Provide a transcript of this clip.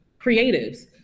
creatives